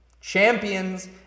Champions